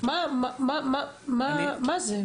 מה זה?